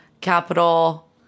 capital